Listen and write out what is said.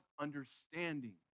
understanding